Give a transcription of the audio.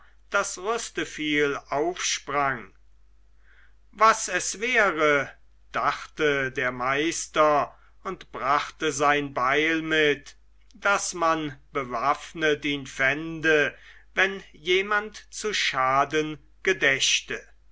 daß rüsteviel aufsprang was es wäre dachte der meister und brachte sein beil mit daß man bewaffnet ihn fände wenn jemand zu schaden gedächte